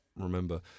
remember